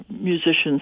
musicians